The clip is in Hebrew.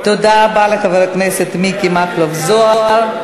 תודה רבה לחבר הכנסת מכלוף מיקי זוהר.